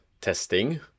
testing